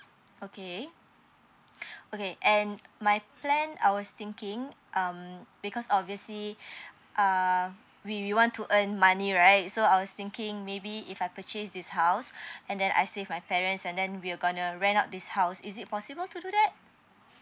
okay okay and my plan I was thinking um because obviously um we want to earn money right so I was thinking maybe if I purchased this house and then I stay with my parents and then we'll gonna rent out this house is it possible to do that